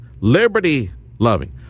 liberty-loving